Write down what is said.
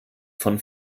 von